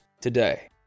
today